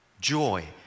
joy